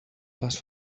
les